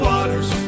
Waters